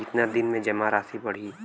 कितना दिन में जमा राशि बढ़ी?